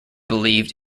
believed